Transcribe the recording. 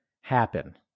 happen